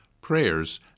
prayers